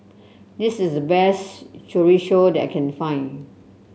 this is the best Chorizo that I can find